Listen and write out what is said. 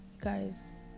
guys